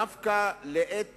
דווקא לעת